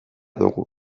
dugu